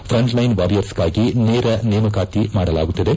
frontline ವಾರಿಯರ್ಸ್ಗಾಗಿ ನೇರ ನೇಮಕಾತಿ ಮಾಡಲಾಗುತ್ತಿದೆ